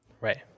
right